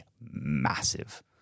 Massive